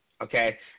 Okay